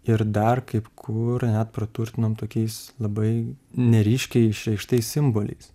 ir dar kaip kur net praturtinom tokiais labai neryškiai išreikštais simboliais